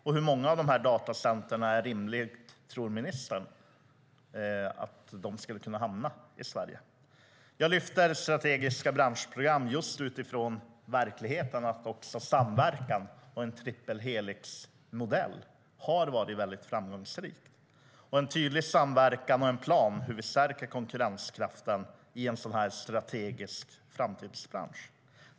Hur många av dessa datacenter skulle rimligtvis kunna hamna i Sverige, tror ministern? Jag lyfter fram strategiska branschprogram utifrån verkligheten och behov av samverkan. En triple helix-modell har varit framgångsrik, det vill säga en tydlig samverkan och plan för hur vi stärker konkurrenskraften i en strategisk framtidsbransch.